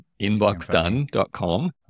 Inboxdone.com